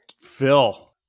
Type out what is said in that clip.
Phil